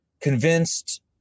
convinced